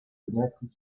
fenêtres